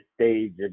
stage